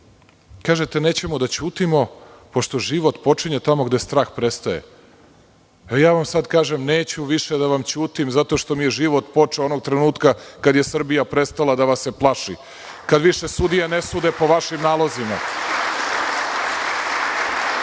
nećemo da ćutimo pošto život počinje tamo gde strah prestaje. Evo, sada vam ja kažem neću više da vam ćutim zato što mi je život počeo onog trenutka kada je Srbija prestala vas da se plaši, kada više sudije ne sude po vašim nalozima,